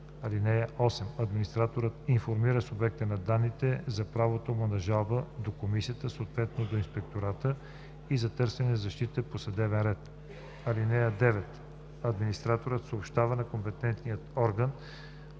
4 и 5. (8) Администраторът информира субекта на данните за правото му на жалба до комисията, съответно до инспектората и за търсене на защита по съдебен ред. (9) Администраторът съобщава на компетентния орган,